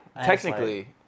technically